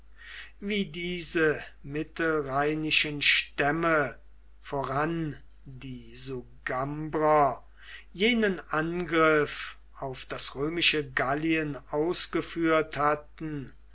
wie diese mittelrheinischen stämme voran die sugambrer jenen angriff auf das römische gallien ausgeführt hatten